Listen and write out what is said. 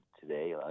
today